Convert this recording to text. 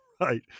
right